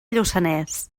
lluçanès